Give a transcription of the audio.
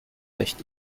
echt